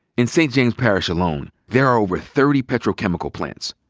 in st. james parish alone, there are over thirty petrochemical plants.